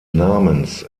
namens